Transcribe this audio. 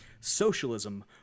Socialism